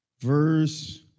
Verse